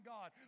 God